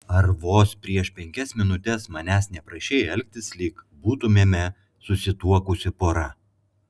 ar vos prieš penkias minutes manęs neprašei elgtis lyg būtumėme susituokusi pora